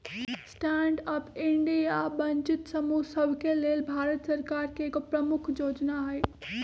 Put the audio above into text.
stand up India वंचित समूह सभके लेल भारत सरकार के एगो प्रमुख जोजना हइ